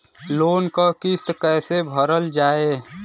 Loan क किस्त कैसे भरल जाए?